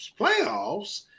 Playoffs